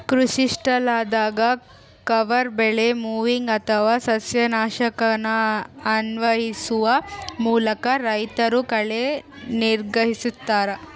ಕೃಷಿಸ್ಥಳದಾಗ ಕವರ್ ಬೆಳೆ ಮೊವಿಂಗ್ ಅಥವಾ ಸಸ್ಯನಾಶಕನ ಅನ್ವಯಿಸುವ ಮೂಲಕ ರೈತರು ಕಳೆ ನಿಗ್ರಹಿಸ್ತರ